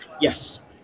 Yes